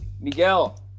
miguel